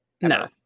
No